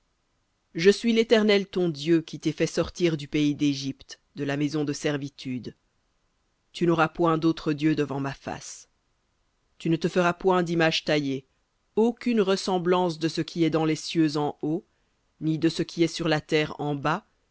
je suis l'éternel ton dieu qui t'ai fait sortir du pays d'égypte de la maison de servitude tu n'auras point d'autres dieux devant ma face v litt tu ne te feras point d'image taillée aucune ressemblance de ce qui est dans les cieux en haut ni de ce qui est sur la terre en bas